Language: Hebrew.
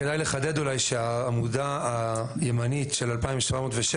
כדאי לחדד אולי שהעמודה הימנית של 2,707,